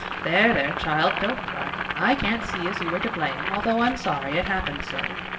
there, there, child, don't cry. i can't see as you were to blame although i'm sorry it happened so.